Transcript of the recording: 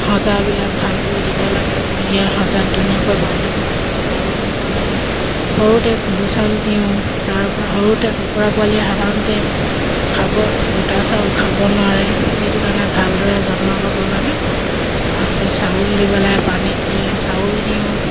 সজাবিলাক ভালকৈ দিব লাগে উলিয়াই সজাত ধুনীয়াকৈ বান্ধিব লাগে চাউল দিব লাগে সৰুতে খুন্দু চাউল দিওঁ তাৰপৰা সৰুতে কুকুৰা পোৱালিয়ে সাধাৰণতে খাব গোটা চাউল খাব নোৱাৰে সেইটো কাৰণে ভালদৰে যত্ন ল'ব লাগে ভালকৈ চাউল দিব লাগে পানীত তিয়াই চাউল দিওঁ